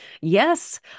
yes